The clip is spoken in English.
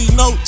no